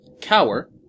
cower